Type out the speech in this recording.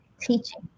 teaching